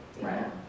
Right